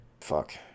Fuck